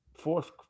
fourth